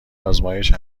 آزمایش